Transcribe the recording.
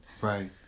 Right